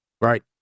Right